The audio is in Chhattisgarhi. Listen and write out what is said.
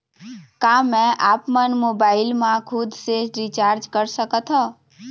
का मैं आपमन मोबाइल मा खुद से रिचार्ज कर सकथों?